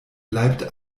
bleibt